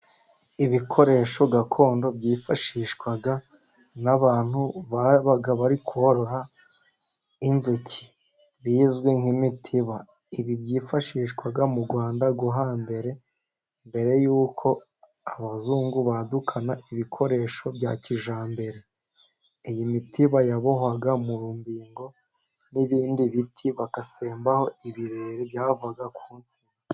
Ibikoresho gakondo byifashishwa n'abantu babaga bari korora inzuki, bizwi nk'imitiba ibi byifashishwaga mu Rwanda rwo hambere mbere y'uko abazungu badukana ibikoresho bya kijyambere, iyi mitiba yabobohwaga mu mbingo n'ibindi biti bagasembaho ibirere byavaga ku nsina.